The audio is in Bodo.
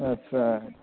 आदसा